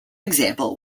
example